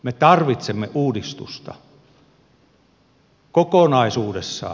me tarvitsemme uudistusta kokonaisuudessaan